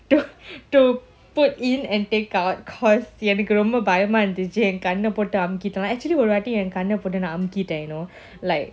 to to put in and take out cause எனக்குரொம்பபயமாஇருந்துச்சுஎன்கண்ணபோட்டுஅமுக்கிட்டேனா:enaku romba bayama irunthuchu en kanna pottu amukitena actually ஒருவாட்டிஎன்கண்ணபோட்டுநான்அமுக்கிட்டேன்:oruvaati en kanna pottu nan amukiten you know like